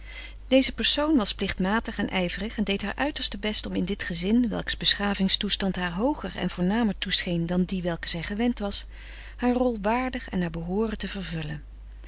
deze persoon was plichtmatig en ijverig en deed haar uiterste best om in dit gezin welks beschavingstoestand haar hooger en voornamer toescheen dan die welke zij gewend was haar rol waardig en naar behooren te vervullen